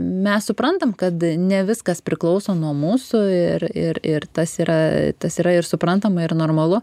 mes suprantam kad ne viskas priklauso nuo mūsų ir ir ir tas yra tas yra ir suprantama ir normalu